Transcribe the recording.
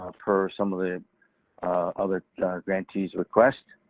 ah per some of the other grantees' request.